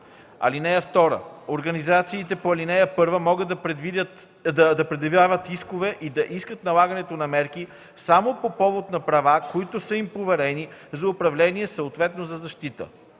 „(2) Организациите по ал. 1 могат да предявяват искове и да искат налагането на мерки само по повод на права, които са им поверени за управление, съответно за защита.